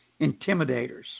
Intimidators